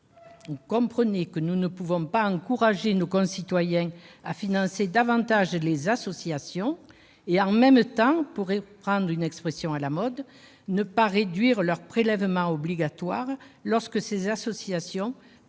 Comprenez que nous ne pouvons pas encourager nos concitoyens à financer davantage les associations et « en même temps »-pour reprendre une expression à la mode -ne pas réduire leurs prélèvements obligatoires lorsque ces associations prennent,